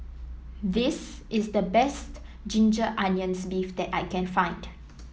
this is the best Ginger Onions beef that I can find